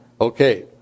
Okay